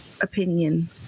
opinion